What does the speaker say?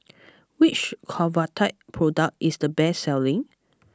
which Convatec product is the best selling